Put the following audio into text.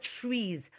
trees